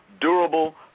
durable